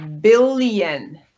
billion